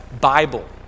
Bible